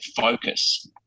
focus